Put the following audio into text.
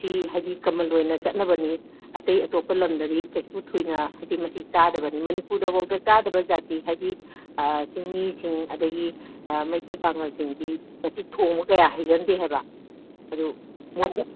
ꯁꯤ ꯍꯥꯏꯗꯤ ꯀꯃꯟ ꯑꯣꯏꯅ ꯆꯠꯅꯕꯅꯤ ꯑꯇꯩ ꯑꯇꯣꯞꯄ ꯂꯝꯗꯗꯤ ꯀꯩꯁꯨ ꯊꯣꯏꯅ ꯍꯥꯏꯗꯤ ꯃꯁꯤ ꯆꯥꯗꯕꯅꯤ ꯃꯅꯤꯄꯨꯔꯗꯕꯣꯛꯇ ꯆꯥꯗꯕ ꯖꯥꯠꯇꯤ ꯍꯥꯏꯗꯤ ꯆꯤꯡꯃꯤꯁꯤꯡ ꯑꯗꯒꯤ ꯃꯩꯇꯩ ꯄꯥꯡꯉꯜꯁꯤꯡꯗꯤ ꯃꯁꯤ ꯊꯣꯡꯕ ꯀꯌꯥ ꯍꯩꯒꯟꯗꯦ ꯍꯥꯏꯕ ꯑꯗꯨ